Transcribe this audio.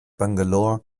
bangalore